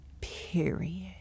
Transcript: period